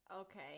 Okay